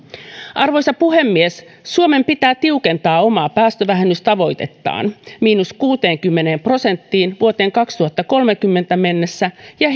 arvoisa puhemies suomen pitää tiukentaa omaa päästövähennystavoitettaan miinus kuuteenkymmeneen prosenttiin vuoteen kaksituhattakolmekymmentä mennessä ja